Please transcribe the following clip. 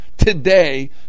Today